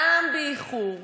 גם באיחור,